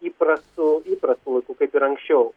įprastu įprastu laiku kaip ir anksčiau